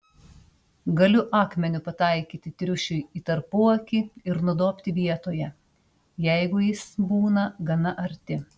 galiu akmeniu pataikyti triušiui į tarpuakį ir nudobti vietoje jeigu jis būna gana arti